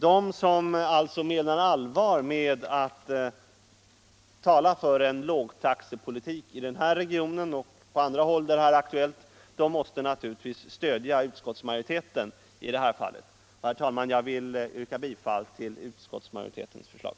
De som alltså menar allvar med att tala för en lågtaxepolitik i den här regionen och på andra håll där det är aktuellt måste naturligtvis stödja utskottsmajoriteten i det här fallet. Jag vill, herr talman, yrka' bifall till utskottsmajoritetens förslag.